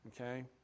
okay